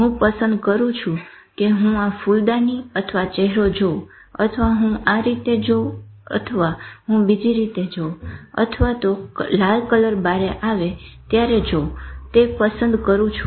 હું પસંદ કરું છું કે હું આ ફૂલદાની અથવા ચેહરો જોવ અથવા હું આ રીતે જોવ અથવા હું બીજી રીતે જોવ અથવા તો લાલ કલર બારે આવે ત્યારે જોવ તે હું પસંદ કરું છું